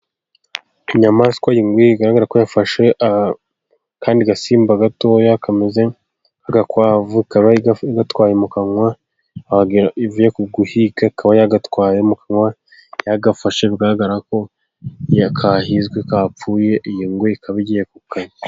Inyamaswa y'ingwe igaragara ko yafashe akandi gasimba gatoya, kameze nk’agakwavu, ikaba igatwaye mu kanwa. Ivuye ku kica, kaba yakatwaye mu kanwa, yagafashe. Bigaragara ko kahizwe, kapfuye. Iyi ngwe ikaba igiye kukanya.